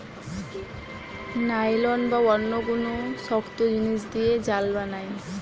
nylon বা অন্য কুনু শক্ত জিনিস দিয়ে জাল বানায়